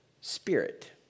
spirit